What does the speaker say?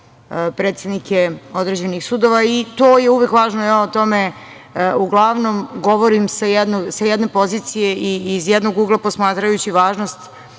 predsednike određenih sudova i to je uvek važno. Ja o tome uglavnom govorim sa jedne pozicije i iz jednog ugla posmatrajući važnost